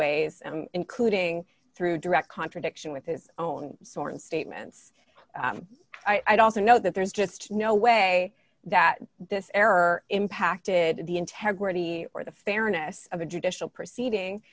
ways including through direct contradiction with his own sort of statements i'd also note that there's just no way that this error impacted the integrity or the fairness of a judicial proceeding